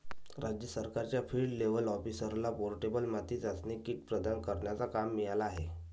राज्य सरकारच्या field level ऑफिसरला पोर्टेबल माती चाचणी किट प्रदान करण्याचा काम मिळाला आहे